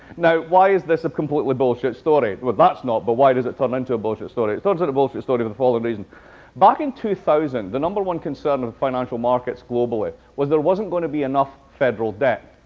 now, why is this a completely bullshit story? well, that's not, but why does it turn into a bullshit story? it turns into a bullshit story for the following reason back in two thousand, the number one concern of financial markets globally was there wasn't going to be enough federal debt,